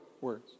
words